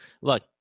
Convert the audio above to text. Look